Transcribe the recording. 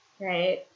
right